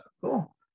cool